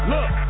Look